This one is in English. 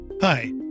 Hi